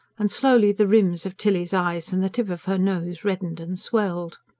and slowly the rims of tilly's eyes and the tip of her nose reddened and swelled.